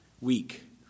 week